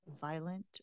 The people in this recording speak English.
violent